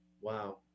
Wow